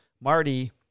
Marty